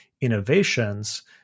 innovations